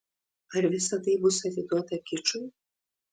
ar visa tai bus atiduota kičui